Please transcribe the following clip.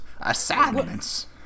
Assignments